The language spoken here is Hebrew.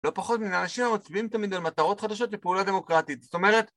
לא פחות מן האנשים המצביעים תמיד על מטרות חדשות ופעולה דמוקרטית זאת אומרת